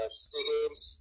students